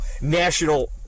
national